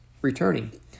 returning